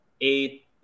eight